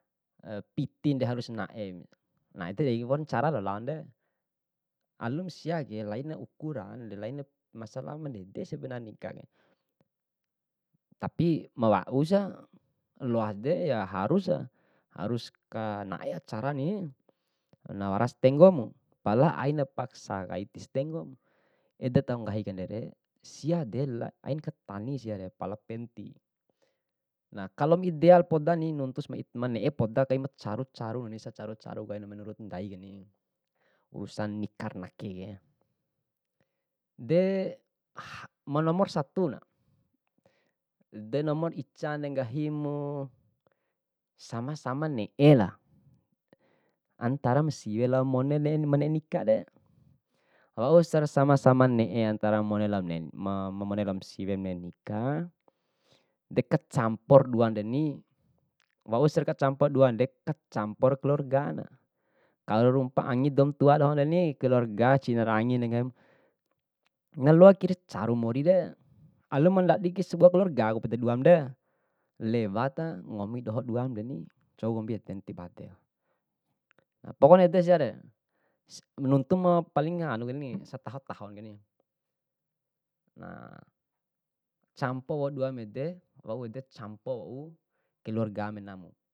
piti de harus nae, nae tadei waura ncara laonde, alum siake laina ukuran laina masalah mandede sih nikake tapi ma wausa loade harus, harus kanae acarani, na warasi tenggomu pala aina paksa kai tisi tenggomu. Ede taho nggahi akandere, siade la aina katani siare pala penti. Nah, kalo ma ideal podani, nuntusi mane'e podani kai macaru caru sacaru caru kaini menurut ndaini, urusan nikar nakereni. eh mano satu na, deh nomar icana nggahimu sama sama ne'e na antara ma siwe laoma mone ma ne'e nikare, waura sama sama ne'e antara ma mone lao ma siwe ma ne'e nika, de kacampor duandeni, wausi kacampo duande kacampora kaluargana, kaura rumpa angin doum tua dohonani, keluarga cina anginare ngahim. Na loaki ciri caru morire, alum ndadikai sebua keluarga pede duamre, lewate ngomi doho duamreni, cou nggomi eden tibadeku. Pokok ede siare, nuntu ma paling hanu keni, setaho taho keni, na campo wau duamu ede wau ede campo wau keluarga menamu.